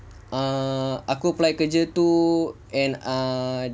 uh aku apply kerja tu and uh